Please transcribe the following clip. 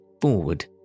forward